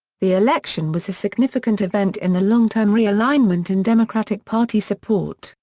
the election was a significant event in the long-term realignment in democratic party support,